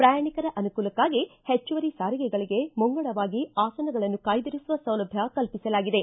ಪ್ರಯಾಣಿಕರ ಅನುಕೂಲಕ್ಕಾಗಿ ಹೆಚ್ಚುವರಿ ಸಾರಿಗೆಗಳಗೆ ಮುಂಗಡವಾಗಿ ಆಸನಗಳನ್ನು ಕಾಯ್ದಿರಿಸುವ ಸೌಲಭ್ಯ ಕಲ್ಪಿಸಲಾಗಿದೆ